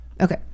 Okay